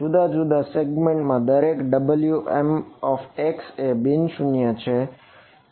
જુદા જુદા સેગ્મેન્ટ માં દરેક Wmx એ બિન શૂન્ય છે